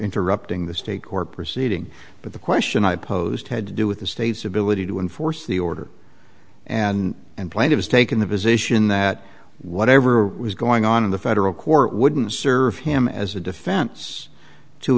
interrupting the state court proceeding but the question i posed had to do with the state's ability to enforce the order and and plaintiffs taken the position that whatever was going on in the federal court wouldn't serve him as a defense to